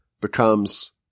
becomes